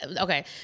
okay